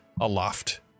aloft